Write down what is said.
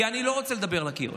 אני לא רוצה לדבר אל הקיר.